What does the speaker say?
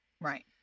Right